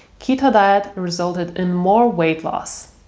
keto diet resulted in more weight loss.